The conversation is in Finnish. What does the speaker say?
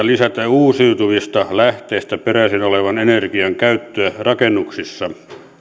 lisätä uusiutuvista lähteistä peräisin olevan energian käyttöä rakennuksissa